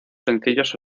sencillos